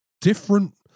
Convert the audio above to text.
different